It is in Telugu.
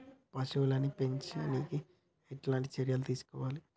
పశువుల్ని పెంచనీకి ఎట్లాంటి చర్యలు తీసుకోవాలే?